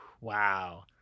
Wow